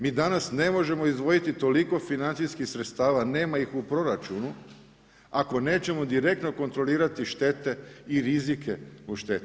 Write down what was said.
MI danas ne možemo izdvojiti toliko financijskih sredstava nema ih u proračunu ako nećemo direktno kontrolirati štete i rizike od šteta.